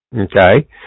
okay